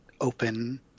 open